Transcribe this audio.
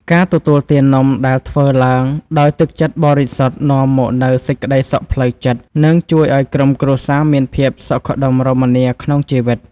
ការទទួលទាននំដែលធ្វើឡើងដោយទឹកចិត្តបរិសុទ្ធនាំមកនូវសេចក្តីសុខផ្លូវចិត្ត និង ជួយឱ្យក្រុមគ្រួសារមានភាពសុខដុមរមនាក្នុងជីវិត។